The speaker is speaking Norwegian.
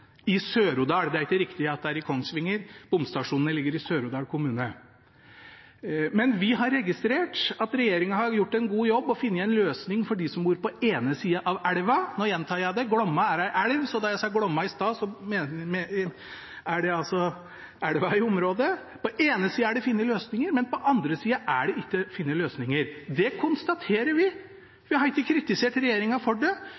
i Sør-Odal – det er ikke riktig at det er i Kongsvinger, bomstasjonene ligger i Sør-Odal kommune. Vi har registrert at regjeringen har gjort en god jobb og funnet en løsning for dem som bor på den ene sida av elva. Nå gjentar jeg det: Glomma er en elv, jeg sa Glomma i sted, det er altså elva i området. På den ene sida er det funnet løsninger, men på den andre sida er det ikke funnet løsninger. Det konstaterer vi. Vi har ikke kritisert regjeringen for det,